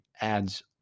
adds